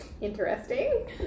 interesting